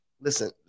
listen